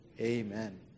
amen